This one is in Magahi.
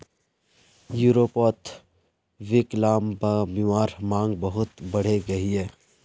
यूरोपोत विक्लान्ग्बीमार मांग बहुत बढ़े गहिये